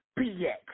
BX